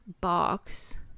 box